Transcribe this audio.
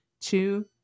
two